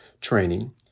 training